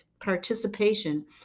participation